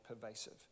pervasive